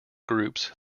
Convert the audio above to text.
groups